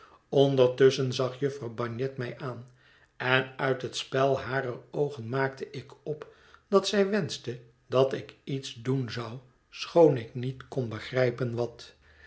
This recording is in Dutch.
ondertusschen zag jufvrouw bagnet mij aan en uit het spel harer oogen maakte ik op dat zij wenschte dat ik iets doen zou schoon ik niet kon begrijpen wat